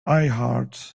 iheart